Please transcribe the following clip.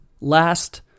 Last